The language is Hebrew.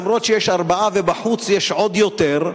אף-על-פי שיש ארבעה ובחוץ יש עוד יותר,